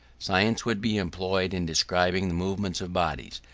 science would be employed in describing the movements of bodies,